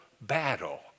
battle